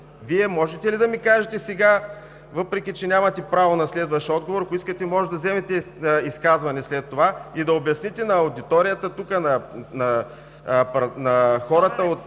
Вие можете ли да ми кажете сега, въпреки че нямате право на следващ отговор, ако искате, можете да вземете изказване след това и да обясните на аудиторията тук, на хората